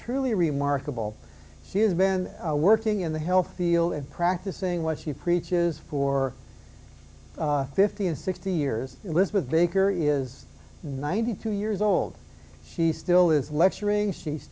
truly remarkable she has been working in the health field and practicing what she preaches for fifty and sixty years with baker is ninety two years old she still is lecturing she's